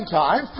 time